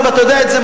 אתה יודע את זה,